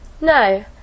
No